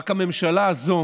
רק שהממשלה הזו